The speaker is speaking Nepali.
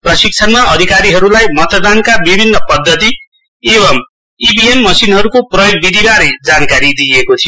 प्रशिक्षणमा अधिकारीहरूलाई मतदानका विभिन्न पद्धति एवम् ईभीएम मसिनहरूको प्रयोग विधिबारे जानकारी दिइएको थियो